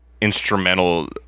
instrumental